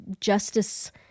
justice